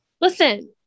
Listen